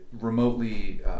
remotely